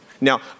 Now